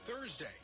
Thursday